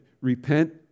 repent